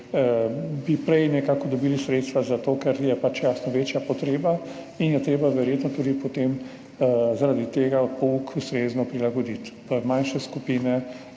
bi nekako prej dobili sredstva zato, ker je pač jasno večja potreba in je treba verjetno tudi potem zaradi tega pouk ustrezno prilagoditi v manjše skupine